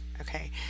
okay